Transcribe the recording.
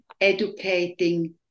educating